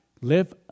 live